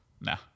Nah